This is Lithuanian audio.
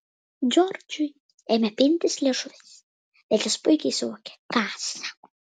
džordžui ėmė pintis liežuvis bet jis puikiai suvokė ką sako